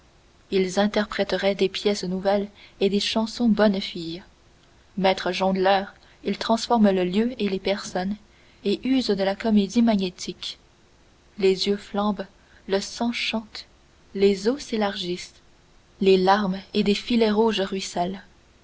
ils interpréteraient des pièces nouvelles et des chansons bonnes filles maîtres jongleurs ils transforment le lieu et les personnes et usent de la comédie magnétique les yeux flambent le sang chante les os s'élargissent les larmes et des filets rouges